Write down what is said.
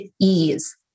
ease